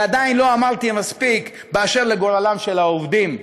ועדיין לא אמרתי מספיק על גורלם של העובדים.